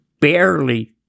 barely